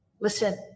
Listen